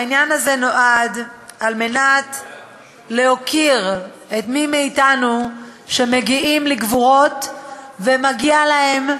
העניין הזה נועד להוקיר את מי מאתנו שמגיעים לגבורות ומגיע להם,